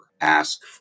ask